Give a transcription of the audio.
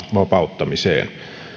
vapauttamiseen